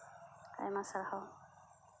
ᱟᱭᱢᱟ ᱥᱟᱨᱦᱟᱣ